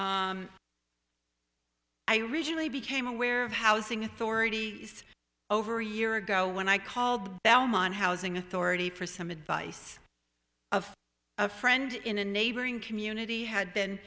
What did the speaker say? media i originally became aware of housing authority over a year ago when i called belmont housing authority for some advice of a friend in a neighboring community had been